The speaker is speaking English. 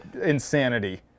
Insanity